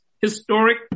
historic